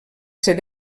ser